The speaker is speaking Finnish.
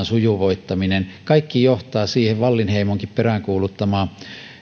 sujuvoittamisessa kaikki johtaa wallinheimonkin peräänkuuluttamaan